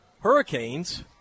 Hurricanes